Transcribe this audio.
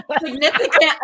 Significant